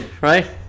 Right